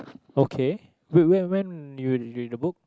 okay wait when when did you read the book